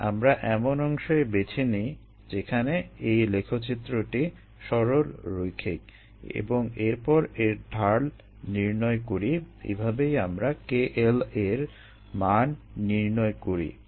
তাই আমরা এমন অংশই বেছে নিই যেখানে এই লেখচিত্রটি সরলরৈখিক এবং এরপর এর ঢাল নির্ণয় করি এভাবেই আমরা kLa এর মান নির্ণয় করি